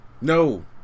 No